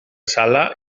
sala